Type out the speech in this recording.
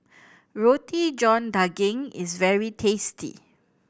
Roti John Daging is very tasty